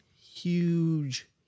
huge